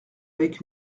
avec